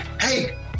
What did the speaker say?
hey